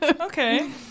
Okay